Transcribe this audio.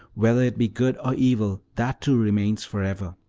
whether it be good or evil, that too remains for ever.